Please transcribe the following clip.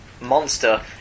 monster